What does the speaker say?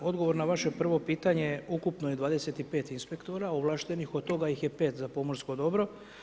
Odgovor na vaše prvo pitanje je, ukupno je 25 inspektora ovlaštenih, od toga ih je 5 za pomorsko dobro.